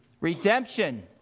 Redemption